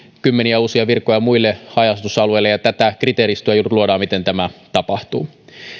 kymmeniä uusia virkoja muille haja asutusalueille ja tätä kriteeristöä luodaan miten tämä tapahtuu